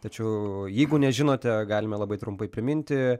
tačiau jeigu nežinote galime labai trumpai priminti